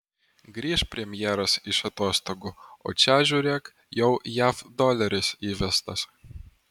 grįš premjeras iš atostogų o čia žiūrėk jau jav doleris įvestas